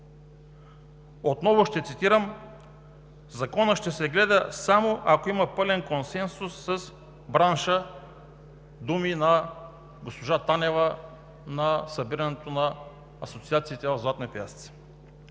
Отново ще цитирам: „Законът ще се гледа само ако има пълен консенсус с бранша“ – думи на госпожа Танева на събирането на асоциациите в „Златни пясъци“.